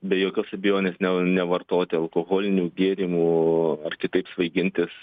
be jokios abejonės ne nevartoti alkoholinių gėrimų ar kitaip svaigintis